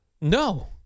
No